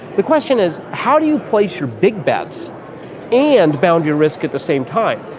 the question is how do you place your big bets and bound your risk at the same time,